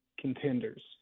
contenders